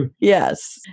yes